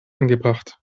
angebracht